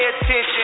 attention